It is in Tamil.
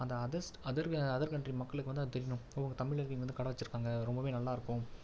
அந்த அதர்ஸ் அதர் அதர் கண்ட்ரி மக்களுக்கு வந்து அது தெரியணும் ஓ தமிழர்கள் இங்கே வந்து கடை வைச்சுருக்காங்க ரொம்பவே நல்லா இருக்கும்